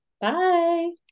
Bye